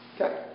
Okay